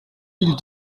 mille